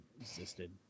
existed